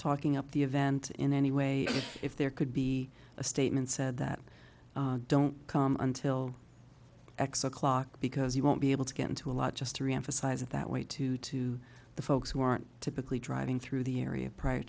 talking up the event in any way if there could be a statement said that don't come until x o'clock because he won't be able to get into a lot just to reemphasize it that way too to the folks who aren't typically driving through the area prior